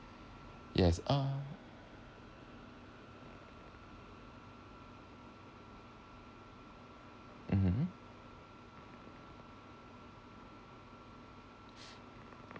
yes uh mmhmm